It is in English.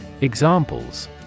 Examples